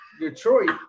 Detroit